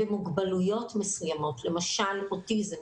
ובמוגבלויות מסוימות למשל אוטיזם,